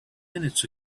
minutes